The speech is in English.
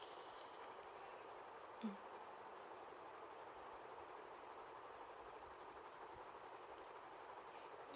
mm